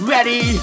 Ready